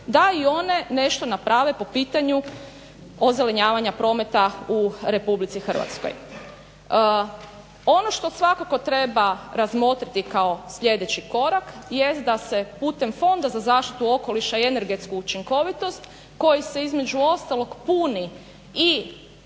da i one nešto naprave po pitanju ozelenjavanja prometa u Republici Hrvatskoj. Ono što svakako treba razmotriti kao sljedeći korak jest da se putem Fonda za zaštitu okoliša i energetsku učinkovitost koji se između ostalog puni i